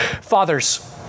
Fathers